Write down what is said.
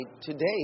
today